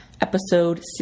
Episode